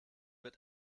wird